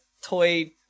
toy